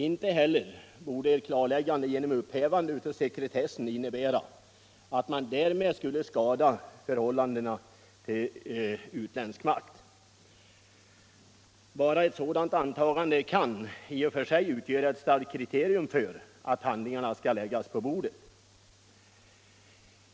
Inte heller torde ett klarläggande genom upphävande av sekretessen innebära att man därmed skulle skada Sveriges förhållande till utländsk makt, men bara ett sådant antagande kan i och för sig utgöra ett starkt kriterium för att handlingarna skall läggas på bordet.